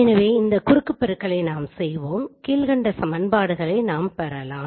எனவே இந்த குறுக்கு பெருக்களை நாம் செய்வோம் கீழ்க்கண்ட சமன்பாடுகளை நாம் பெறலாம்